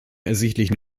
ersichtlichen